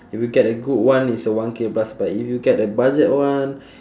if you get a good one it's one K plus but if you get a budget one